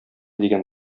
дигән